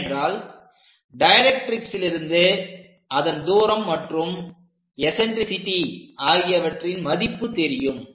ஏனென்றால் டைரக்ட்ரிக்ஸ்லிருந்து அதன் தூரம் மற்றும் எஸன்ட்ரிசிட்டி ஆகியவற்றின் மதிப்பு தெரியும்